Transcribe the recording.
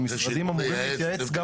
ומשרדים אמורים להתייעץ גם